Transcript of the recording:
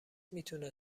میتونه